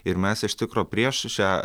ir mes iš tikro prieš šią